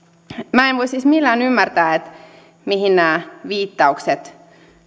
minä en voi siis millään ymmärtää mihin liittyvät nämä viittaukset